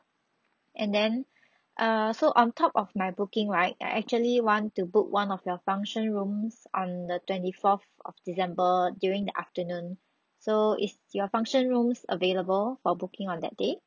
and then err so on top of my booking right I actually want to book one of your function rooms on the twenty fourth of december during the afternoon so is your function rooms available for booking on that day